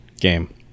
game